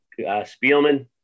Spielman